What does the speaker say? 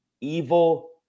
evil